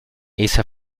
esa